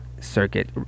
Circuit